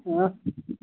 आंऽ